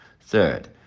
Third